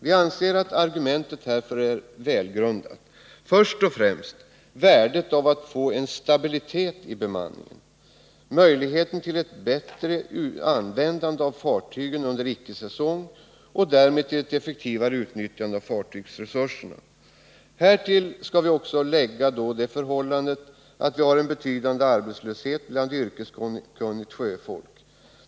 Vi anser att våra argument härför är välgrundade. Först och främst vill vi betona värdet av att få en stabilitet i bemanningen liksom en möjlighet till bättre användning av fartygen under icke-säsong och därmed effektivare utnyttjande av fartygsresurserna. Härtill skall givetvis läggas det förhållandet att vi har en betydande arbetslöshet bland yrkeskunnigt sjöfolk.